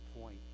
point